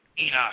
Enoch